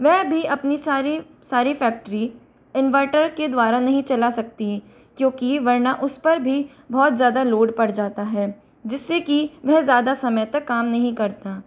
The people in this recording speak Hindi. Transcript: वह भी अपनी सारी सारी फैक्ट्री इन्वर्टर के द्वारा नहीं चला सकती क्योंकि वरना उस पर भी बहुत ज़्यादा लोड पड़ जाता है जिससे की वह ज़्यादा समय तक काम नहीं करता